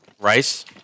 Rice